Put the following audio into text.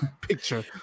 picture